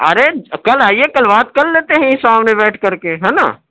ارے کل آئیے کل بات کر لیتے ہیں یہیں سامنے بیٹھ کر کے ہے نہ